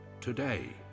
today